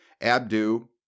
Abdu